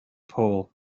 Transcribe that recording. pole